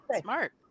Smart